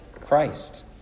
Christ